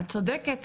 את צודקת,